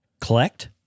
Collect